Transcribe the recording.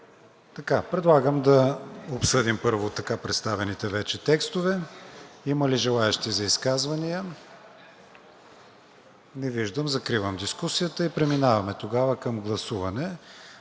Предлагам да обсъдим първо така представените вече текстове. Има ли желаещи за изказвания? Не виждам. Закривам дискусията и преминаваме към гласуване.